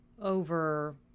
over